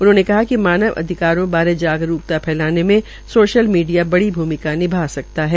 उन्होंने कहा कि मानव अधिकारों बारे जगरूकता फैलाने में सोशल मीडिया बड़ी भ्रमिका निभा सकता है